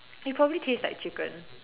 it probably taste like chicken